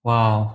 Wow